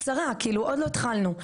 קצרה, עוד לא התחלנו.